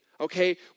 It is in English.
okay